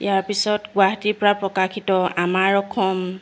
ইয়াৰ পিছত গুৱাহাটীৰপৰা প্ৰকাশিত আমাৰ অসম